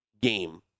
game